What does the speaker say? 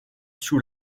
sous